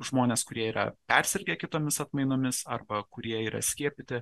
žmonės kurie yra persirgę kitomis atmainomis arba kurie yra skiepyti